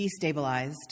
destabilized